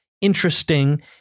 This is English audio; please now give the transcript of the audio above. interesting